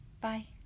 Bye